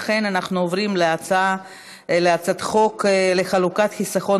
לכן אנחנו עוברים להצעת חוק לחלוקת חיסכון